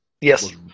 yes